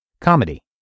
Comedy